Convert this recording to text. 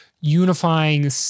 unifying